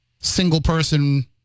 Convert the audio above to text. single-person